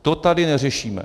To tady neřešíme.